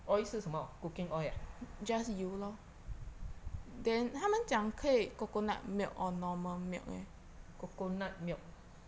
oil 是什么 cooking oil ah coconut milk